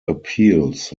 appeals